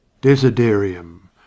Desiderium